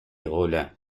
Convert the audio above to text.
rollin